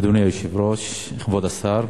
אדוני היושב-ראש, כבוד השר,